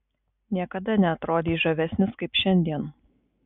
niekada neatrodei žavesnis kaip šiandien